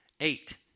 Eight